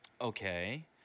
Okay